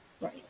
Right